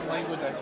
Language